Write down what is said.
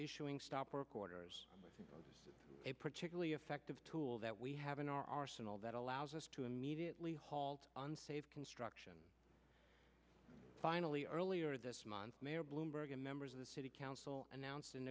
issuing stop work orders a particularly effective tool that we have in our arsenal that allows us to immediately halt and save construction finally earlier this month mayor bloomberg and members of the city council announc